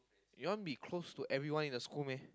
you want be close to everyone in the school meh